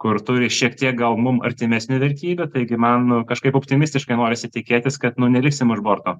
kur turi šiek tiek gal mums artimesnių vertybių taigi man kažkaip optimistiškai norisi tikėtis kad nu neliksim už borto